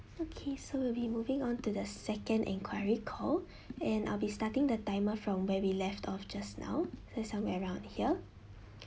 okay so we'll be moving on to the second enquiry call and I'll be starting the timer from where we left off just now so somewhere around here